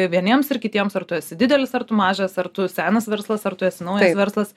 vieniems ir kitiems ar tu esi didelis ar tu mažas ar tu senas verslas ar tu esi naujas verslas